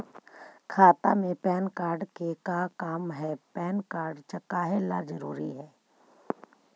खाता में PAN card के का काम है पैन कार्ड काहे ला जरूरी है?